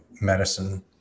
medicine